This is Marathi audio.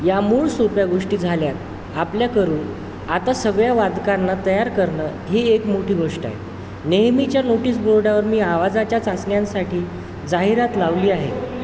या मूळ सोप्या गोष्टी झाल्या आहेत आपल्या करून आता सगळ्या वादकांना तयार करणं ही एक मोठी गोष्ट आहे नेहमीच्या नोटिस बोर्डावर मी आवाजाच्या चाचण्यांसाठी जाहिरात लावली आहे